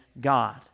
God